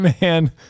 man